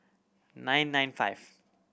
nine nine five